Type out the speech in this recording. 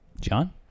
john